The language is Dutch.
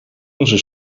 onze